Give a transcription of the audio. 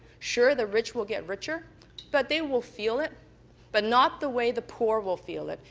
sure the rich will get richer but they will feel it but not the way the poor will feel it.